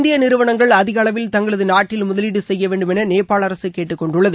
இந்திய நிறுவனங்கள் அதிக அளவில் தங்களது நாட்டில் முதலீடு செய்ய வேண்டும் என நேபாள அரசு கேட்டுக்கொண்டுள்ளது